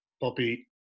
Bobby